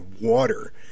water